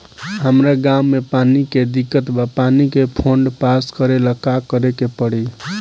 हमरा गॉव मे पानी के दिक्कत बा पानी के फोन्ड पास करेला का करे के पड़ी?